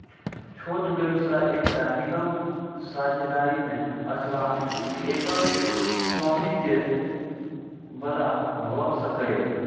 छोट व्यवसाय एकटा निगम, साझेदारी मे अथवा एकल स्वामित्व बला भए सकैए